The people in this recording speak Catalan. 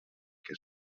que